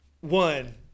one